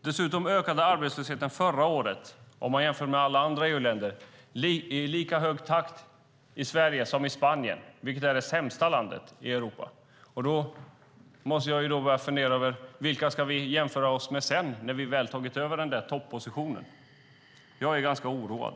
Dessutom ökade arbetslösheten förra året, om man jämför med alla andra EU-länder, i lika hög takt i Sverige som i Spanien, vilket är det sämsta landet i Europa. Då måste jag börja fundera över vilka vi ska jämföra oss med sedan, när vi väl har tagit över den där toppositionen. Jag är ganska oroad.